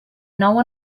nou